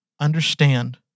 understand